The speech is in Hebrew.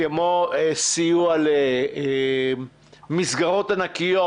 כמו סיוע למסגרות ענקיות,